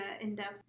in-depth